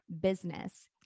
business